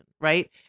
right